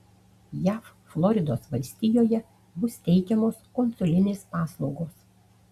jav floridos valstijoje bus teikiamos konsulinės paslaugos